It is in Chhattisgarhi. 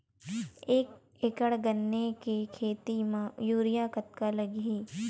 एक एकड़ गन्ने के खेती म यूरिया कतका लगही?